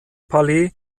palais